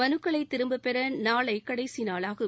மனுக்களை திரும்பப் பெற நாளை கடைசி நாளாகும்